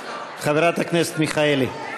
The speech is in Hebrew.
חברת הכנסת מיכאלי.